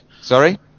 Sorry